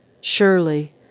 Surely